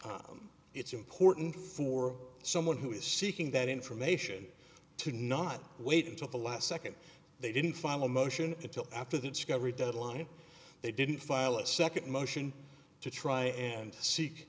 that it's important for someone who is seeking that information to not wait until the last second they didn't file a motion until after the discovery deadline they didn't file a second motion to try and see